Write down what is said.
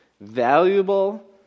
valuable